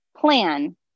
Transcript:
plan